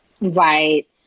Right